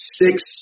six